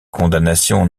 condamnations